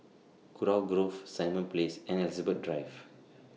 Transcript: Kurau Grove Simon Place and Elizabeth Drive